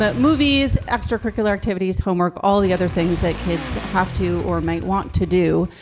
but movies, extracurricular activities, homework, all the other things that kids have to or might want to do.